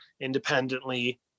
independently